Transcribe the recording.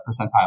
percentile